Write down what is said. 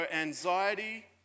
anxiety